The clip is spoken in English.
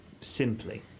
simply